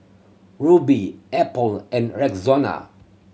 Rubi Apple and Rexona